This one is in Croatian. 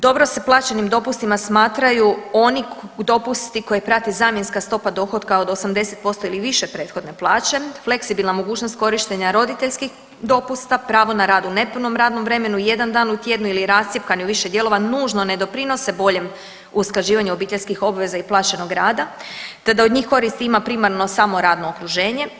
Dobro se plaćenim dopustima smatraju oni dopusti koje prati zamjenska stopa dohotka od 80% ili više prethodne plaće, fleksibilna mogućnost korištenja roditeljskih dopusta, pravo na rad u nepunom radnom vremenu, jedan dan u tjednu ili rascjepkani u više dijelova nužno ne doprinose boljem usklađivanju obiteljskih obveza i plaćenog rada te da on njih koristi ima primarno samo radno okruženje.